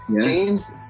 James